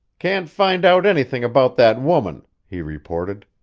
can't find out anything about that woman, he reported.